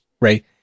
right